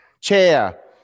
chair